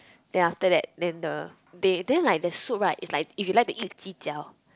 then after that then the they then like the soup right it's like if you like to eat ji-jiao